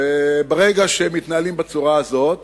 ברגע שהם מתנהלים בצורה הזאת,